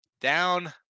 Down